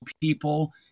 people